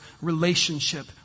relationship